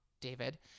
David